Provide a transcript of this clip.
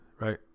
right